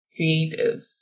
creatives